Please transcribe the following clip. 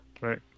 right